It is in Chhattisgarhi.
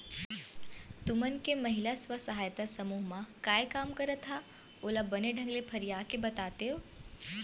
तुमन के महिला स्व सहायता समूह म काय काम करत हा ओला बने ढंग ले फरिया के बतातेव?